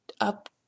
up